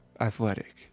athletic